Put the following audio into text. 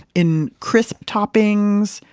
in crisp toppings,